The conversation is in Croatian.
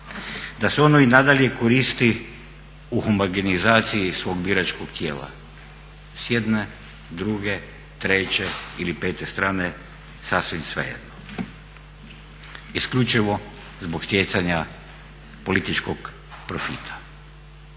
da se ono i nadalje koristi u homogenizaciji svog biračkog tijela s jedne, druge, treće ili pete strane sasvim svejedno. Isključivo zbog stjecanja političkog profita.